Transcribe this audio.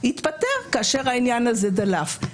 התפטר כאשר העניין הזה דלף.